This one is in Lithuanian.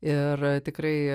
ir tikrai